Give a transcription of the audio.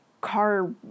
car